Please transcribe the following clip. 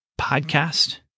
podcast